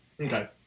Okay